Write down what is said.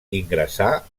ingressà